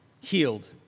healed